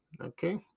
okay